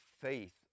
faith